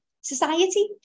society